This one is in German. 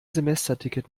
semesterticket